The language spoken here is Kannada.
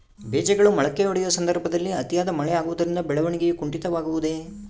ಬೇಜಗಳು ಮೊಳಕೆಯೊಡೆಯುವ ಸಂದರ್ಭದಲ್ಲಿ ಅತಿಯಾದ ಮಳೆ ಆಗುವುದರಿಂದ ಬೆಳವಣಿಗೆಯು ಕುಂಠಿತವಾಗುವುದೆ?